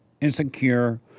insecure